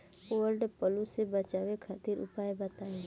वड फ्लू से बचाव खातिर उपाय बताई?